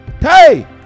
Hey